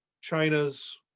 China's